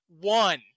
one